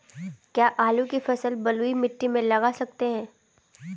क्या आलू की फसल बलुई मिट्टी में लगा सकते हैं?